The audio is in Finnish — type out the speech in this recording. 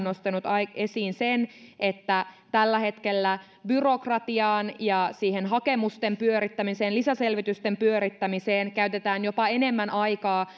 nostanut esiin sen että tällä hetkellä byrokratiaan ja siihen hakemusten pyörittämiseen lisäselvitysten pyörittämiseen käytetään jopa enemmän aikaa